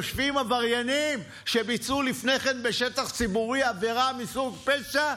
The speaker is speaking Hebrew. יושבים עבריינים שביצעו לפני כן בשטח ציבורי עבירה מסוג פשע?